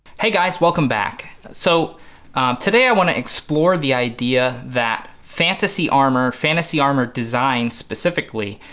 hey guys welcome back. so today, i want to explore the idea that fantasy armor, fantasy armor design specifically,